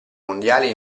mondiale